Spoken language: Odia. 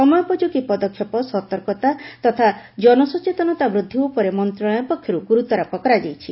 ସମୟୋପଯୋଗୀ ପଦକ୍ଷେପ ସତର୍କତା ତଥା ଜନସଚେତନତା ବୃଦ୍ଧି ଉପରେ ମନ୍ତଶାଳୟ ପକ୍ଷରୁ ଗୁରୁତ୍ୱାରୋପ କରାଯାଇଛି